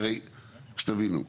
שתבינו,